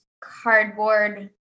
cardboard